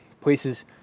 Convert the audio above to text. places